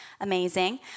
Amazing